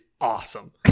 awesome